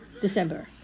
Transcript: December